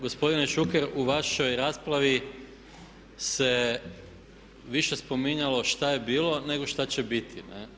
Gospodine Šuker, u vašoj raspravi se više spominjalo šta je bilo, nego šta će biti.